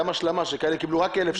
גם השלמה שיש כאלה שקיבלו רק 1,000 שקלים.